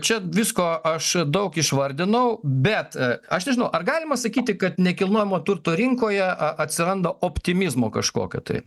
čia visko aš daug išvardinau bet aš nežinau ar galima sakyti kad nekilnojamo turto rinkoje a atsiranda optimizmo kažkokio tai